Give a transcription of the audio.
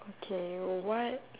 okay what